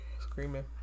Screaming